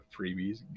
freebies